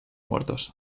muertos